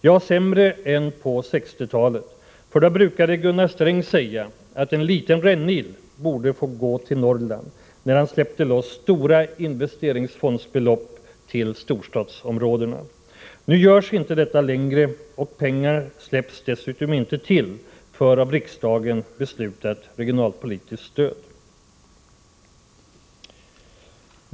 Ja, behandlingen är t.o.m. sämre än under 1960-talet, för när Gunnar Sträng då släppte loss stora investeringsfondsbelopp till storstadsområdena brukade han säga att en liten rännil borde få gå till Norrland. Så är det inte längre. Pengar ges inte ens till av riksdagen beslutat regionalpolitiskt stöd.